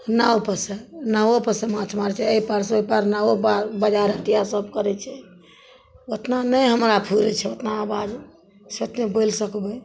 नावपर से नावोपर से माछ मारय छै अइ पार से ओइ पार नावोपर बजार हटिया सब करय छै ओतना नहि हमरा फूराइ छै ओतना आवाजसँ बोलि सकबय